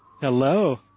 Hello